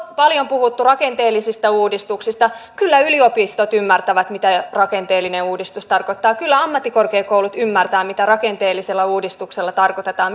on paljon puhuttu rakenteellisista uudistuksista kyllä yliopistot ymmärtävät mitä rakenteellinen uudistus tarkoittaa kyllä ammattikorkeakoulut ymmärtävät mitä rakenteellisella uudistuksella tarkoitetaan